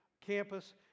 campus